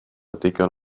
digon